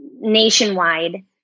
nationwide